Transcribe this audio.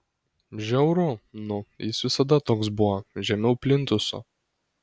žiauru nu jis visada toks buvo žemiau plintuso